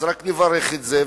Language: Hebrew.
רק נברך על זה,